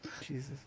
Jesus